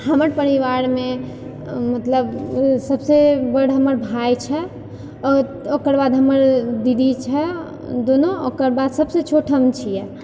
हमर परिवारमे मतलब सबसँ बड़ हमर भाय छै आओर ओकर बाद हमर दीदी छै दुनू आओर ओकर बाद सबसँ छोट हम छियै